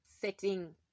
setting